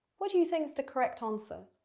what do you think's the correct answer?